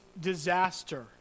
disaster